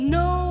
no